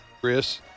Chris